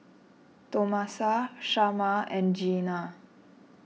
Tomasa Shamar and Jeanna